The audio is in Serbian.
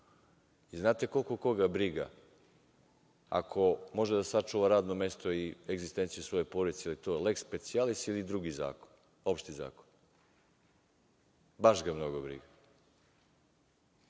li koliko koga briga ako može da sačuva radno mesto i egzistenciju svoje porodice da li je to leks specijalis ili drugi, opšti zakon, baš ga mnogo briga. Prema